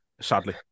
sadly